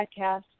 podcast